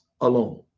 alone